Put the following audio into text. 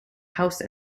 house